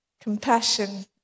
Compassion